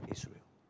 Israel